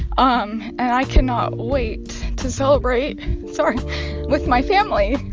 um and i cannot wait to celebrate sorry with my family.